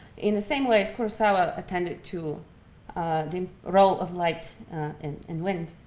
in the same way as kurosawa attended to the role of light and wind.